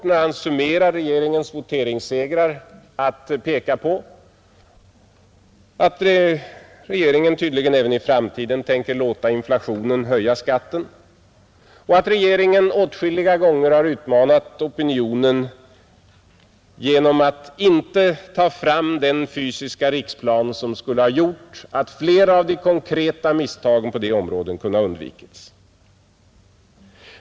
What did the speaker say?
När han summerar regeringens voteringssegrar glömmer han bort att påpeka att regeringen tydligen även i framtiden tänker låta inflationen höja skatten och att regeringen åtskilliga gånger har utmanat opinionen genom att inte ta fram den fysiska riksplan som skulle ha gjort att flera av de konkreta misstagen på det området kunde ha undvikits.